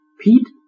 Pete